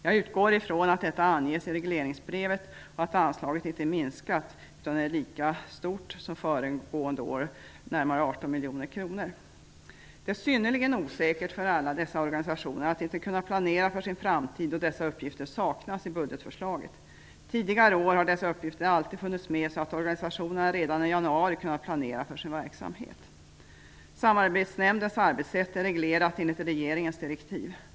Jag utgår från att detta anges i regleringsbrevet och att anslaget inte har minskat utan är lika stort som föregående år, närmare 18 miljoner kronor. Det är synnerligen osäkert för alla dessa organisationer att inte kunna planera för sin framtid, då dessa uppgifter saknas i budgetförslaget. Tidigare år har dessa uppgifter alltid funnits med, så att organisationerna redan i januari har kunnat planera för sin verksamhet. Samarbetsnämndens arbetssätt är reglerat enligt regeringens direktiv.